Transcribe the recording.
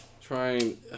trying